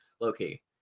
low-key